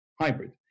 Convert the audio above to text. hybrid